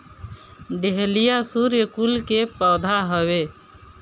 dahlia सूर्यकुल के पौधा हवे